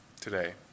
today